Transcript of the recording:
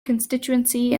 constituency